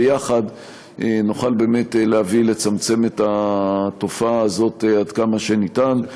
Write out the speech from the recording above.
ביחד נוכל באמת לצמצם את התופעה הזאת עד כמה שניתן.